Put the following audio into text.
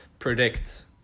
Predict